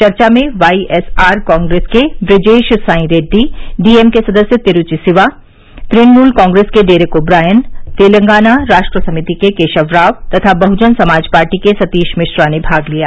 चर्चा में बाईएसआर कांग्रेस के बुजेश साई रेड्डी डीएमके सदस्य तिरुचि सिवा तृणमूल कांग्रेस के Derek O'Brien Telangana Rashtra Samithi के केशव राव तथा बहुजन समाज पार्टी के सतीश मिश्रा ने भाग लिया